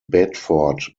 bedford